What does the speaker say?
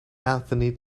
anthony